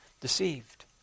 deceived